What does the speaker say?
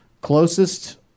Closest